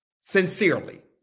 sincerely